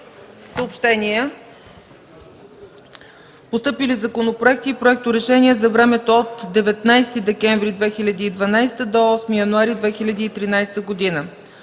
постъпили законопроекти и проекторешения за времето от 19 декември 2012 до 8 януари 2013 г.: